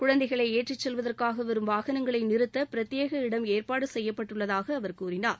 குழந்தைகளை ஏற்றி செல்வதற்காக வரும் வாகனங்களை நிறுத்த பிரத்யேக இடம் ஏற்பாடு செய்யப்பட்டுள்ளதாக அவர் கூறினார்